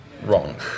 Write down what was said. wrong